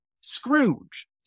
Scrooge